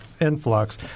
influx